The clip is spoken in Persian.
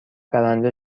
برنده